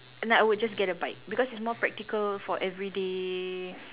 and I would just get a bike because it's more practical for everyday